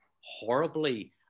horribly